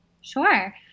Sure